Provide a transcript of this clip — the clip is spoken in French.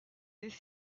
des